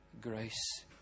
grace